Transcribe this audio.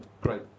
great